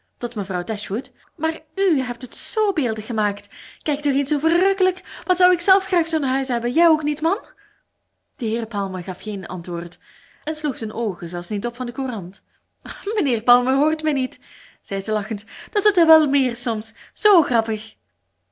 tot mevrouw dashwood maar u hebt het zoo beeldig gemaakt kijk toch eens hoe verrukkelijk wat zou ik zelf graag zoo'n huis hebben jij ook niet man de heer palmer gaf geen antwoord en sloeg zijn oogen zelfs niet op van de courant mijnheer palmer hoort mij niet zei ze lachend dat doet hij wel meer soms zoo grappig